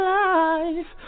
life